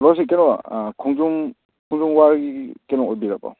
hello ꯁꯤ ꯀꯩꯅꯣꯔꯥ ꯈꯣꯡꯖꯣꯝ ꯈꯣꯡꯖꯣꯝ ꯋꯥꯔꯒꯤ ꯀꯩꯅꯣ ꯑꯣꯏꯕꯤꯔꯕꯣ